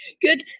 Good